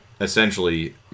essentially